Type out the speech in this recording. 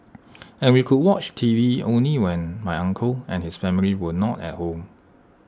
and we could watch TV only when my uncle and his family were not at home